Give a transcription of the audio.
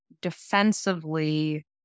defensively